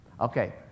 Okay